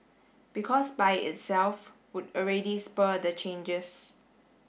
because by itself would already spur the changes